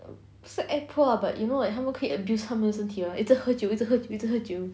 不是 act poor ah but you know like 他们可以 abuse 自己的身体 mah 一直喝酒一直喝酒一直喝酒